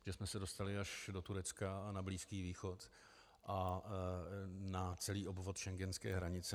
Že jsme se dostali až do Turecka a na Blízký východ a na celý obvod schengenské hranice.